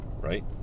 right